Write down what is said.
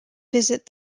visit